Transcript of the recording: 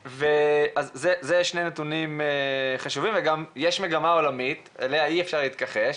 אלה שני נתונים חשובים וגם יש מגמה עולמית אליה אי אפשר להתכחש,